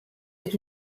est